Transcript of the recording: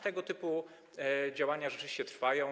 Tego typu działania rzeczywiście trwają.